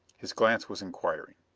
his glance was inquiring.